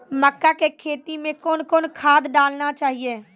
मक्का के खेती मे कौन कौन खाद डालने चाहिए?